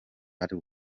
ari